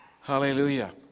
Hallelujah